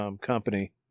company